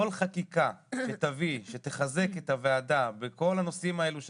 כל חקיקה שתחזק את הוועדה בכל הנושאים האלה,